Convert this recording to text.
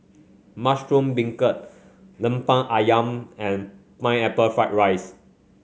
Mushroom Beancurd lemper ayam and Pineapple Fried Rice